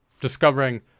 discovering